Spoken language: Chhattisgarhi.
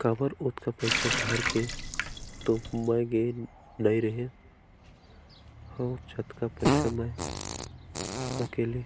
काबर ओतका पइसा धर के तो मैय गे नइ रेहे हव जतका पइसा मै सकले